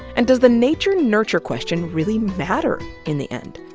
and does the nature-nurture question really matter in the end?